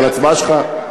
אבל ההצבעה שלך,